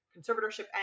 conservatorship